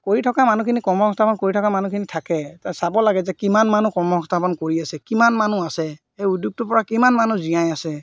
কৰি থকা মানুহখিনি কৰ্ম সংস্থাপন কৰি থকা মানুহখিনি থাকে তে চাব লাগে যে কিমান মানুহ কৰ্ম সংস্থাপন কৰি আছে কিমান মানুহ আছে সেই উদ্যোগটোৰ পৰা কিমান মানুহ জীয়াই আছে